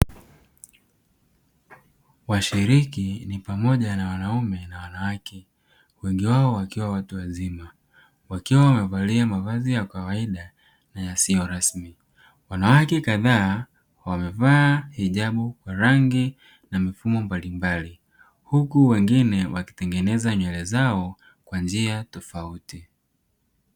Washiriki ni pamoja na wanaume na wanawake, wengi wao wakiwa watu wazima. Wakiwa wamevalia mavazi ya kawaida na yasiyo rasmi. Wanawake kadhaa wamevaa hijab kwa rangi na mifumo mbalimbali. Huku wengine wakitengeneza nywele zao kwa njia tofauti.